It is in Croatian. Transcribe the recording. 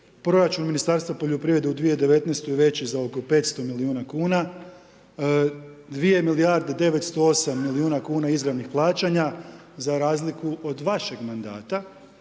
Proračun Ministarstva poljoprivrede, u 2019. je veći za oko 500 milijuna kn. 2 milijarde 908 milijuna kn izravnih plaćanja za razliku od vašeg mandata,